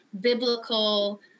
biblical